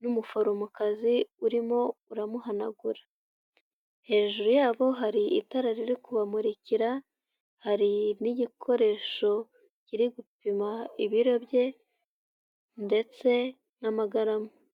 n'umuforomokazi urimo uramuhanagura hejuru yabo hari itara riri kubamurikira hari n'igikoresho kiri gupima ibiro bye ndetse n'amagarama.